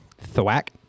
Thwack